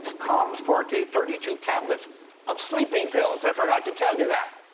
calms forte, thirty two caplets of sleeping pills! i forgot to tell you that.